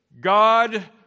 God